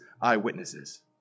eyewitnesses